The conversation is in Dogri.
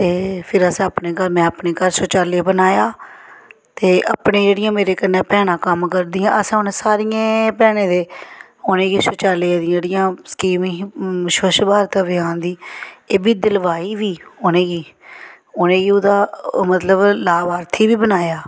ते फिर असें अपने घर में अपने घर शौचालय बनाया ते अपने जेह्ड़ियां मेरे कन्नै भैनां कम्म करदियां असें उ'नें सारियें भैनें दे उ'नेंगी शौचालय दियां जेह्ड़ियां स्कीम ही स्वच्छ भारत अभियान दी एह् बी दिलवाई बी उ'नेंगी उ'नेंगी ओह्दा मतलब लाभार्थी बी बनाया